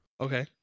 Okay